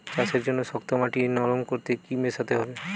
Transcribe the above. চাষের জন্য শক্ত মাটি নরম করতে কি কি মেশাতে হবে?